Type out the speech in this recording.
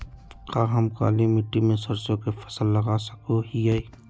का हम काली मिट्टी में सरसों के फसल लगा सको हीयय?